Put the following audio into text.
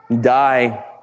Die